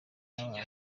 nawe